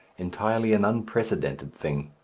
entirely an unprecedented thing.